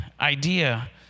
idea